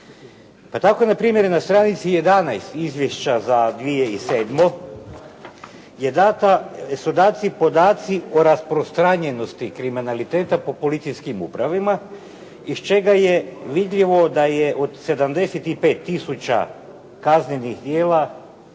Pa tako na primjer na stanici 11 izvješća za 2007. su dati podaci o rasprostranjenosti kriminaliteta po policijskim upravama iz čega je vidljivo da je od 75 tisuća kaznenih djela